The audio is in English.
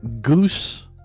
goose